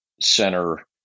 Center